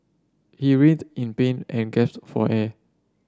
he writhed in pain and gasped for air